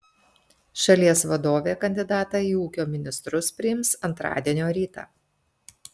šalies vadovė kandidatą į ūkio ministrus priims antradienio rytą